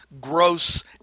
gross